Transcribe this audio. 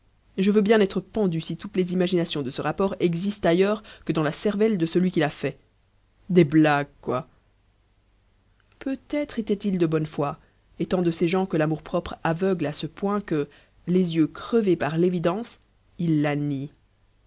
je veux bien être pendu si toutes les imaginations de ce rapport existent ailleurs que dans la cervelle de celui qui l'a fait des blagues quoi peut-être était-il de bonne foi étant de ces gens que l'amour-propre aveugle à ce point que les yeux crevés par l'évidence ils la